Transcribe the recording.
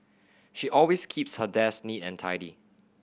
she always keeps her desk neat and tidy